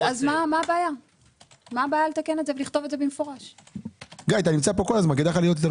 מה הבעיה לתקן את זה ולכתוב את זה